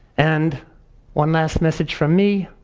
and one last message from me,